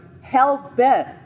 hell-bent